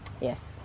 yes